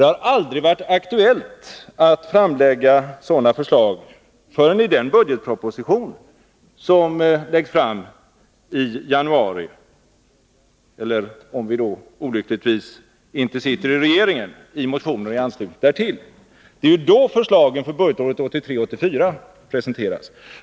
Det har aldrig varit aktuellt att förelägga riksdagen sådana förslag förrän i januari, i budgetpropositionen eller — om vi olyckligtvis inte skulle sitta i regeringen — i anslutning därtill. Det är ju då förslagen för budgetåret 1983/84 presenteras.